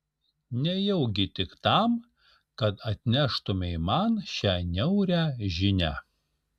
nejaugi tik tam kad atneštumei man šią niaurią žinią